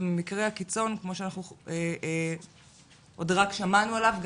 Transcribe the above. ובמקרה הקיצון כמו שאנחנו עוד רק שמענו עליו,